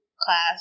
class